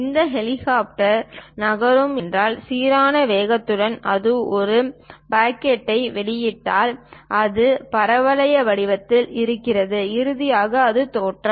இந்த ஹெலிகாப்டர் நகரும் என்றால் சீரான வேகத்துடன் அது ஒரு பாக்கெட்டை வெளியிட்டால் அது பரவளைய வடிவத்தில் வருகிறது இறுதியாக இது தோற்றம்